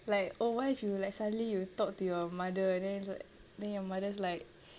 like oh what if you like suddenly you talk to your mother and then it's like then your mother's like